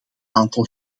aantal